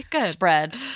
spread